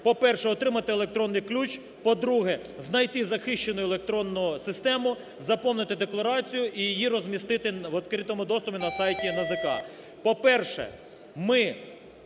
по-перше, отримати електронний ключ, по-друге, знайти захищену електронну систему, заповнити декларацію і її розмістити у відкритому доступі на сайті НАЗК.